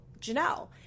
Janelle